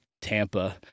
Tampa